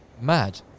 Mad